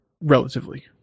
relatively